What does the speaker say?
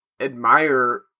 admire